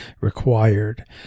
required